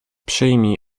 przyjmij